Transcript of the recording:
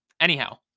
Anyhow